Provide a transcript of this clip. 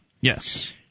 Yes